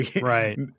right